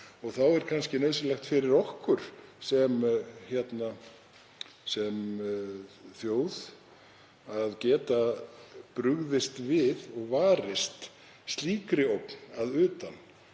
og þá er nauðsynlegt fyrir okkur sem þjóð að geta brugðist við og varist slíkri ógn að utan.